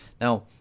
now